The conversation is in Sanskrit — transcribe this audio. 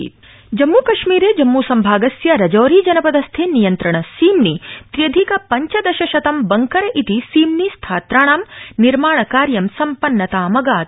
जम्मुमकश्मीरम् जम्मूकश्मीरे जम्मू सम्भागस्य राजौरी जनपदस्थे नियन्त्रण सीम्नि त्र्यधिक पंचदश शतं बंकर इति सीम्नि स्थात्राणां निर्माणकार्य सम्पन्नतामगात